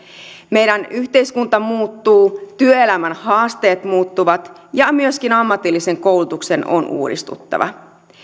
meidän yhteiskuntamme muuttuu työelämän haasteet muuttuvat ja myöskin ammatillisen koulutuksen on uudistuttava